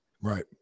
Right